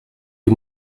die